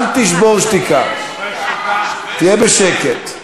אל תשבור שתיקה, תהיה בשקט.